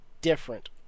different